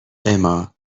اما